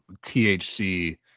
thc